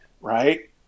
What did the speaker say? right